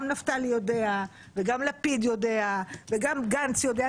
גם נפתלי יודע, וגם לפיד יודע, וגם גנץ יודע.